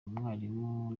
umwarimu